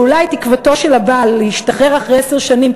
ואולי תקוותו של הבעל להשתחרר אחרי עשר שנים,